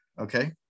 Okay